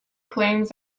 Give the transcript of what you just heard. claims